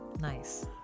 Nice